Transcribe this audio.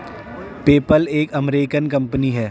PayPal एक American company है